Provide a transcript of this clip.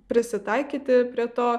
prisitaikyti prie to